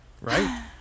Right